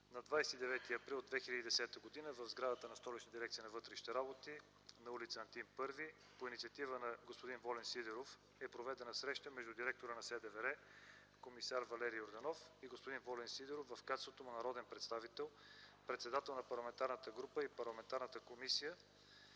На 29 април 2010 г. в сградата на Столичната дирекция на вътрешните работи, на ул. „Антим І”, по инициатива на господин Волен Сидеров е проведена среща между директора на СДВР – комисар Валери Йорданов и господин Волен Сидеров, в качеството му народен представител, председател на парламентарна група и парламентарна комисия.